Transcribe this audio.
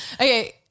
Okay